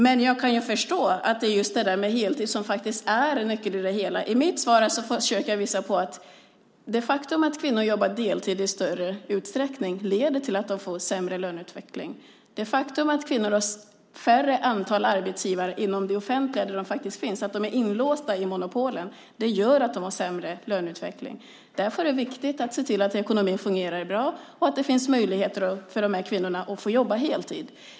Men jag kan förstå att just heltid är en nyckel i det hela. I mitt svar försöker jag visa på att det faktum att kvinnor jobbar deltid i större utsträckning leder till att de får sämre löneutveckling. Det faktum att kvinnor har färre antal arbetsgivare inom det offentliga, där de faktiskt finns, att de är inlåsta i monopolen, gör att de har sämre löneutveckling. Därför är det viktigt att se till att ekonomin fungerar bra och att det finns möjligheter för kvinnorna att jobba heltid.